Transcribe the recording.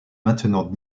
maintenant